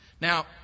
Now